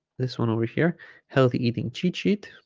this one over here healthy eating cheat sheet